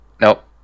Nope